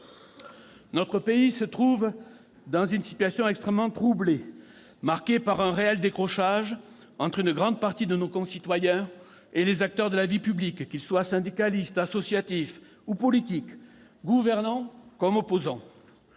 Notre pays se trouve dans une situation extrêmement troublée, marquée par un réel décrochage entre une grande partie de nos concitoyens et les acteurs de la vie publique, qu'ils soient syndicalistes, associatifs ou politiques, gouvernants comme opposants.